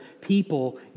people